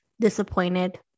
disappointed